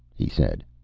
he said.